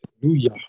Hallelujah